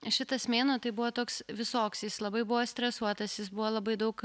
šitas mėnuo tai buvo toks visoks jis labai buvo stresuotas jis buvo labai daug